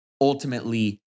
ultimately